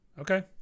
okay